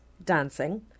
dancing